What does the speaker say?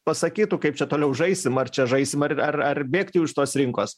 pasakytų kaip čia toliau žaisim ar čia žaisim ar ar ar bėgt jau iš tos rinkos